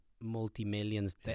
multi-millions